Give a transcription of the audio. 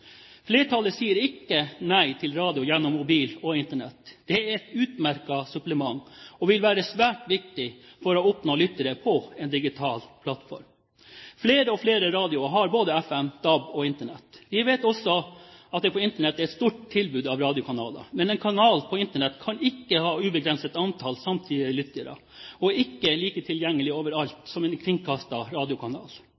Flertallet sier ikke nei til radio gjennom mobilnettet og Internett. Det er et utmerket supplement og vil være svært viktig for å oppnå lyttere på en digital plattform. Flere og flere radioer har både FM, DAB og Internett. Vi vet også at det på Internett er et stort tilbud av radiokanaler, men en kanal på Internett kan ikke ha ubegrenset antall samtidige lyttere, og er ikke like tilgjengelig